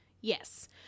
Yes